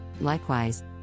likewise